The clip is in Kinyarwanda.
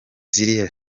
ziriya